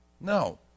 No